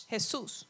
Jesus